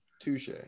Touche